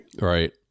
Right